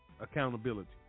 accountability